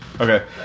Okay